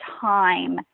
time